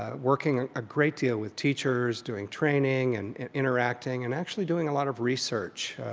um working a great deal with teachers, doing training and interacting and actually doing a lot of research,